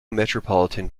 metropolitan